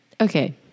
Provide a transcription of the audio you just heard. okay